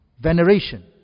veneration